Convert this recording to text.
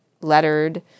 lettered